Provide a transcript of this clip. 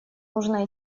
нужно